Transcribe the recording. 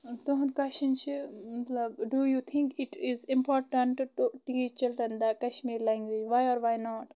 تُہنٛد کۄسچَن چھُ مطلب do you think it is important to teach children the Kashmiri language why or why not